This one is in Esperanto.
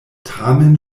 tamen